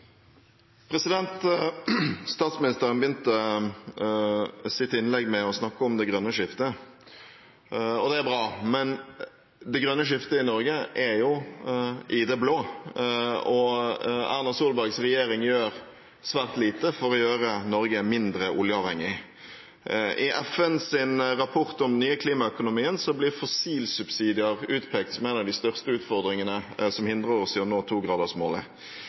Statsministeren begynte sitt innlegg med å snakke om det grønne skiftet. Det er bra, men det grønne skiftet i Norge er jo i det blå. Erna Solbergs regjering gjør svært lite for å gjøre Norge mindre oljeavhengig. I FNs rapport om den nye klimaøkonomien blir fossilsubsidier utpekt som en av de største utfordringene som hindrer oss i å nå